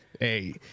Hey